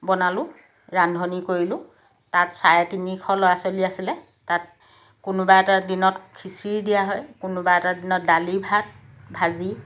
বনালোঁ ৰান্ধনী কৰিলোঁ তাত চাৰে তিনিশ ল'ৰা ছোৱালী আছিলে তাত কোনোবা এটা দিনত খিচিৰি দিয়া হয় কোনোবা এটা দিনত দালি ভাত ভাজি